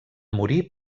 morir